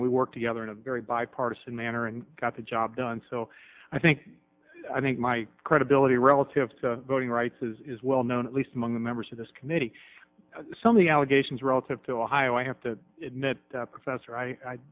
and we work together in a very bipartisan manner and got the job done so i think i think my credibility relative to voting rights is well known at least among the members of this committee some of the allegations relative to ohio i have to admit professor i